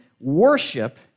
worship